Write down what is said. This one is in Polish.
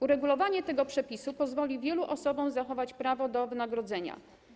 Uregulowanie tego przepisu pozwoli wielu osobom zachować prawo do wynagrodzenia.